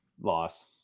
Loss